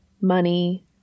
Money